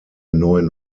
neuen